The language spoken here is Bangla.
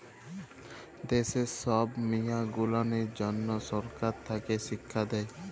দ্যাশের ছব মিয়াঁ গুলানের জ্যনহ সরকার থ্যাকে শিখ্খা দেই